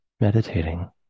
Meditating